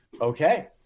okay